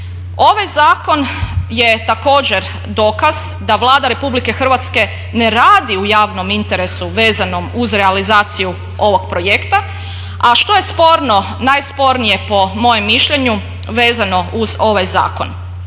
Ovaj zakon je također dokaz da Vlada Republike Hrvatske ne radi u javnom interesu vezanom uz realizaciju ovog projekta, a što je sporno, najspornije po mojem mišljenju vezano uz ovaj zakon?